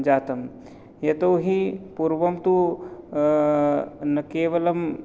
जातं यतोहि पूर्वं तु न केवलं